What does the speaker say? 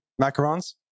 macarons